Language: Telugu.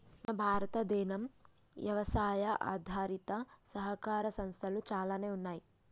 మన భారతదేనం యవసాయ ఆధారిత సహకార సంస్థలు చాలానే ఉన్నయ్యి